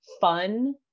fun